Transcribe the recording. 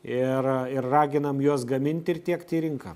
ir ir raginam juos gaminti ir tiekti į rinką